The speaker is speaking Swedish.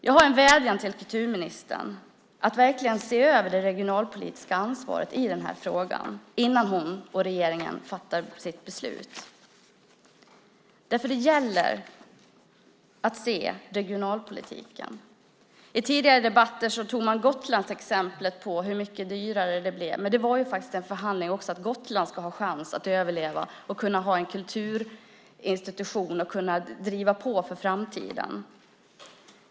Jag har en vädjan till kulturministern att hon verkligen ska se över det regionalpolitiska ansvaret i den här frågan innan hon och regeringen fattar sitt beslut, därför att det gäller att se regionalpolitiken. I tidigare debatter togs flytten till Gotland som exempel på hur mycket dyrare det blev, men det var ju faktiskt en förhandling för att Gotland skulle ha en chans att överleva, kunna ha en kulturinstitution och kunna driva på för framtiden.